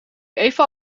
even